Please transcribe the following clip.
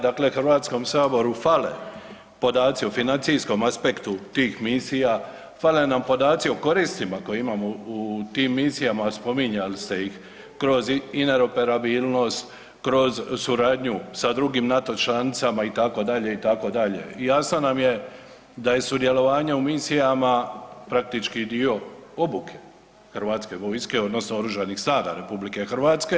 Dakle, HS fale podaci o financijskom aspektu tih misija, fale nam podaci o koristima koje imamo u tim misijama, a spominjali ste ih kroz ineroperabilnost, kroz suradnju sa drugim NATO članicama itd., itd. i jasno nam je da je sudjelovanje u misijama praktički dio obuke HV-a odnosno oružanih snaga RH.